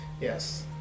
yes